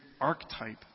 archetype